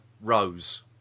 Rose